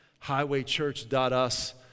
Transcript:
highwaychurch.us